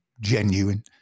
genuine